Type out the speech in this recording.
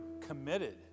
committed